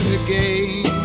again